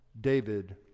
David